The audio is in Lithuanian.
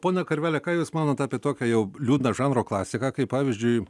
ponia karvele ką jūs manot apie tokio jau liūdną žanro klasiką kaip pavyzdžiui